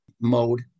mode